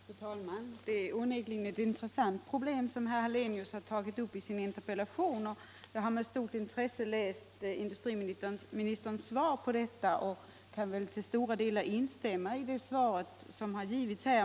Fru talman! Det är onekligen ett intressant problem som herr Hallenius har tagit upp i sir: interpellation, och jag har med stort intresse tagit del av industriministerns svar på den. Jag kan till stora delar instämma i det lämnade svaret.